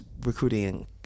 recruiting